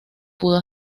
pudo